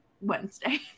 Wednesday